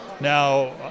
Now